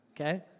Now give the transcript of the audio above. okay